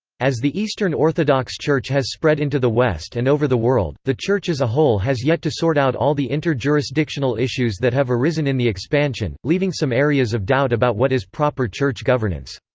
as the eastern orthodox church has spread into the west and over the world, the church as a whole has yet to sort out all the inter-jurisdictional issues that have arisen in the expansion, leaving some areas of doubt about what is proper church governance.